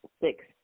six